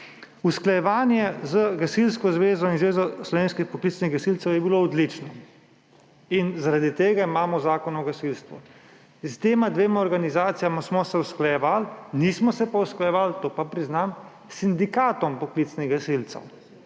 Usklajevanje z Gasilsko zvezo in Zvezo slovenskih poklicnih gasilcev je bilo odlično in zaradi tega imamo Zakon o gasilstvu. S tema dvema organizacijama smo se usklajevali, nismo se pa usklajevali, to pa priznam, s sindikatom poklicnih gasilcev.